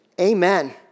Amen